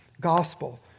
Gospel